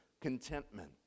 contentment